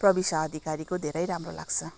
प्रविशा अधिकारीको धेरै राम्रो लाग्छ